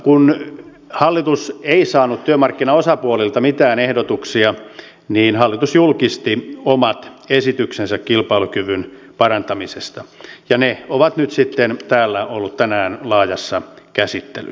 kun hallitus ei saanut työmarkkinaosapuolilta mitään ehdotuksia niin hallitus julkisti omat esityksensä kilpailukyvyn parantamisesta ja ne ovat nyt sitten täällä olleet tänään laajassa käsittelyssä